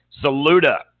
Saluda